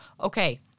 Okay